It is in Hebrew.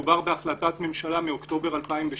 מדובר בהחלטת ממשלה מאוקטובר 2017,